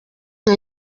nka